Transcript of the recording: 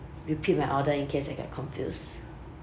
repeat my order in case I got confuse